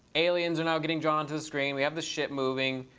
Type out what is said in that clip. aliens are now getting drawn to the screen. we have the ship moving.